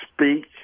speak